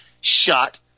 shot